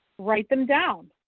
write them down,